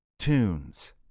Tunes